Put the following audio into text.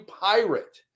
pirate